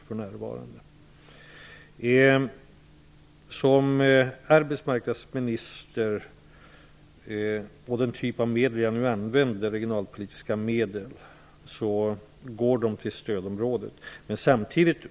Den typ av medel som jag som arbetsmarknadsminister använder, nämligen regionalpolitiska medel, går till stödområdet.